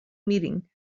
meeting